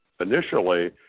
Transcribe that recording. Initially